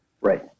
Right